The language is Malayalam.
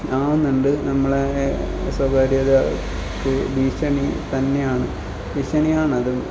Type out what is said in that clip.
ആകുന്നുണ്ട് നമ്മളെ സ്വകാര്യതയ്ക്ക് ഭീഷണി തന്നെയാണ് ഭീഷണിയാണത്